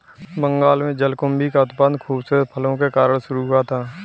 बंगाल में जलकुंभी का उत्पादन खूबसूरत फूलों के कारण शुरू हुआ था